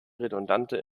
redundante